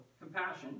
compassion